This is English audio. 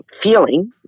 feeling